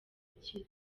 akira